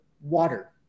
water